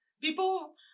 people